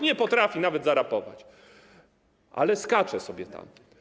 Nie potrafi nawet zarapować, ale skacze sobie tam.